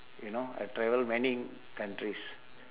you know I travel many countries